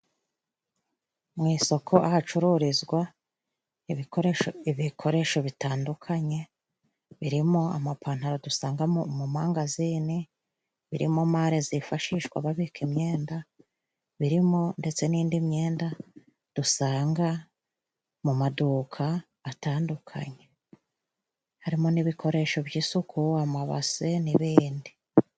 Mu isoko ahacururizwa ibikoresho bitandukanye birimo amapantaro dusanga mu mangazini, birimo mare zifashishwa babika imyenda, birimo ndetse n'indi myenda dusanga mu maduka atandukanye. Harimo n'ibikoresho by'isuku, amabase n'ibindi.